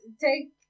Take